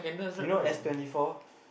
you know S twenty four